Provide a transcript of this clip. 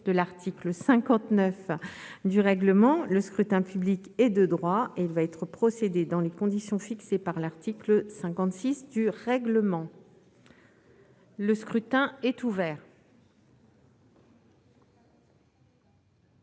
de l'article 59 du règlement, le scrutin public est de droit. Il va y être procédé dans les conditions fixées par l'article 56 du règlement. Le scrutin est ouvert.